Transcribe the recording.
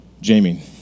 Jamie